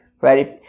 right